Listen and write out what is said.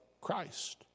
Christ